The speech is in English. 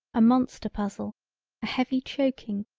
a monster puzzle, a heavy choking,